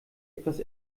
etwas